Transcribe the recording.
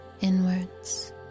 inwards